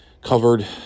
covered